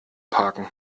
parken